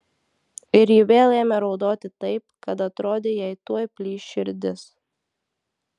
ir ji vėl ėmė raudoti taip kad atrodė jai tuoj plyš širdis